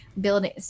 building